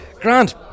Grant